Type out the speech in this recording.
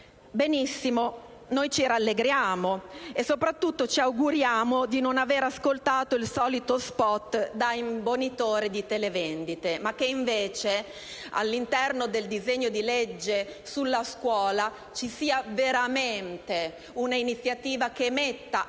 Benissimo, noi ci rallegriamo e soprattutto ci auguriamo di non aver ascoltato il solito *spot* da imbonitore di televendite e che invece, all'interno del disegno di legge sulla scuola, ci sia veramente un'iniziativa che metta a